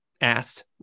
asked